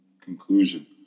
conclusion